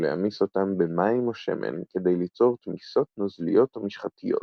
ולהמיס אותם במים או שמן כדי ליצור תמיסות נוזליות או משחתיות,